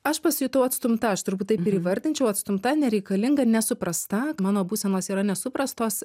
aš pasijutau atstumta aš turbūt taip ir įvardinčiau atstumta nereikalinga nesuprasta mano būsenos yra nesuprastos